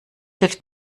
hilft